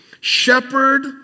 shepherd